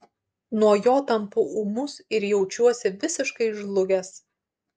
nuo jo tampu ūmus ir jaučiuosi visiškai žlugęs